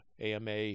AMA